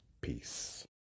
Peace